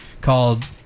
called